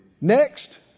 Next